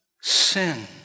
sin